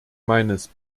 meines